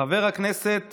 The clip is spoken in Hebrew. חבר הכנסת